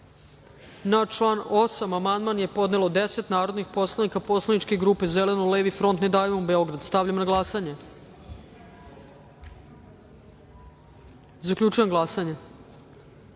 član 8. amandman je podnelo 10 narodnih poslanika poslaničke grupe Zeleno-levi front, Ne davimo Beograd. Stavljam na glasanje amandman. Zaključujem glasanje: